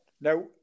Now